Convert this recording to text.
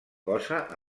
cosa